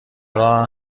راه